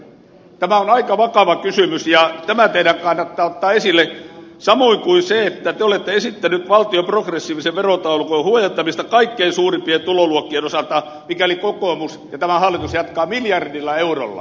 tämä on aika vakava kysymys ja tämä teidän kannattaa ottaa esille samoin kuin se että te olette esittänyt valtion progressiivisen verotaulukon huojentamista kaikkein suurimpien tuloluokkien osalta mikäli kokoomus ja tämä hallitus jatkavat miljardilla eurolla